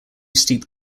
steep